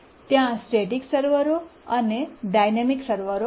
ત્યાં સ્ટૅટિક સર્વરો અને ડાઇનૅમિક સર્વરો છે